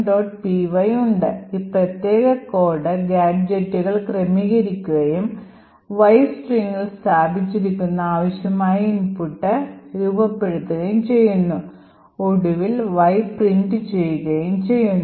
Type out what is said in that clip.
py ഉണ്ട് ഈ പ്രത്യേക കോഡ് ഗാഡ്ജെറ്റുകൾ ക്രമീകരിക്കുകയും Y സ്ട്രിംഗിൽ സ്ഥാപിച്ചിരിക്കുന്ന ആവശ്യമായ ഇൻപുട്ട് രൂപപ്പെടുത്തുകയും ചെയ്യുന്നു ഒടുവിൽ Y അച്ചടിക്കുകയും ചെയ്യുന്നു